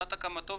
שנת הקמתו,